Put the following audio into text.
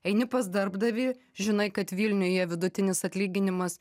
eini pas darbdavį žinai kad vilniuje vidutinis atlyginimas